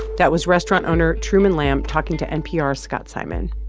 that was restaurant owner truman lam talking to npr's scott simon